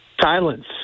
silence